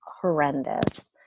horrendous